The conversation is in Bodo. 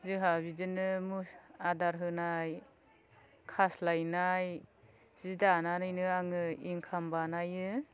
जोंहा बिदिनो आदार होनाय खास्लायनाय जि दानानैनो आङो इंकाम बानायो